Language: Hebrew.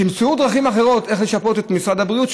תמצאו דרכים אחרות איך לשפות את משרד הבריאות,